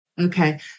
Okay